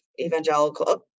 evangelical